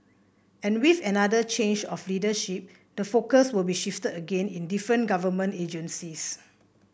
and with another change of leadership the focus will be shifted again in different government agencies